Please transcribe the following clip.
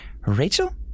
Rachel